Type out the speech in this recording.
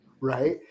right